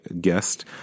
guest